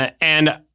And-